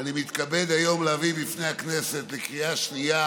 ואני מתכבד היום להביא בפני הכנסת לקריאה השנייה